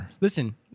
Listen